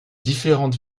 différentes